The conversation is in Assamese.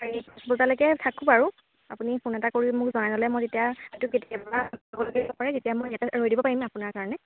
দুটালৈকে থাকো বাৰু আপুনি ফোন এটা কৰি মোক জনাই হ'লে মই তেতিয়া সেইটো কেতিয়াবা লাগিব পাৰে তেতিয়া মই ইয়াতে ৰৈ দিব পাৰিম আপোনাৰ কাৰণে